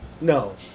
No